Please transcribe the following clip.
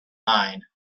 mine